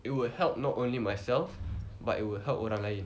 it will help not only myself but it would help orang lain